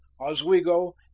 Oswego